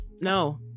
no